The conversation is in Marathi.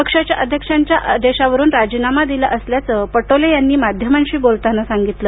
पक्षाध्यक्षांचा आदेशावरुन राजीनामा दिला असल्याचं पटोले यांनी माध्यमांशी बोलताना सांगितलं